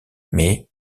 mais